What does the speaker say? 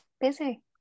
busy